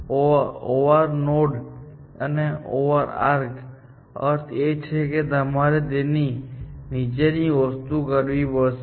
OR node અને OR આર્કનો અર્થ એ છે કે તમારે તેની નીચેની એક વસ્તુ કરવી પડશે